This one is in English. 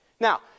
Now